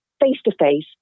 face-to-face